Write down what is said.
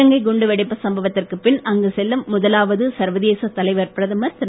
இலங்கை குண்டுவெடிப்பு சம்பவத்துக்குப் பின் அங்கு செல்லும் முதலாவது சர்வதேசத் தலைவர் பிரதமர் திரு